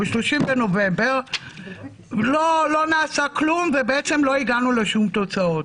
ב-30 בנובמבר לא נעשה כלום ובעצם לא הגענו לשום תוצאות.